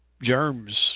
germs